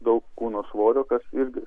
daug kūno svorio kas irgi